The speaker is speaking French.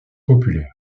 populaire